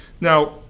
Now